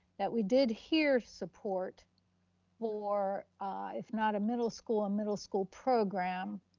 that we did hear support for, if not a middle school, a middle school program,